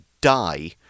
die